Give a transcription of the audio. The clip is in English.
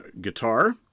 guitar